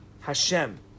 Hashem